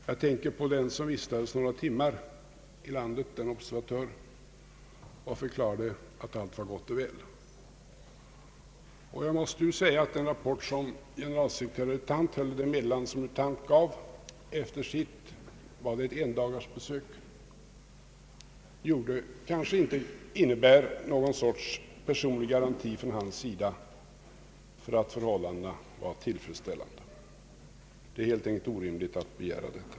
Jag tänker på den observatör som vistades några timmar i landet och sedan förklarade att allt var gott och väl. Jag måste ju säga att det meddelande som generalsekreterare U Thant gav efter sitt endagsbesök kanske inte innebär nå gon sorts personlig garanti från hans sida för att förhållandena var tillfredsställande. Det vore helt enkelt orimligt att begära det.